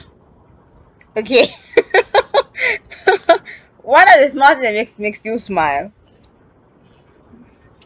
okay what are the small things that makes you smile